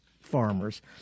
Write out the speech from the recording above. farmers